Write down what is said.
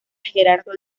gerardo